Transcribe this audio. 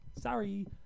Sorry